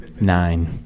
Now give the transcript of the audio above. Nine